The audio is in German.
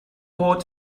code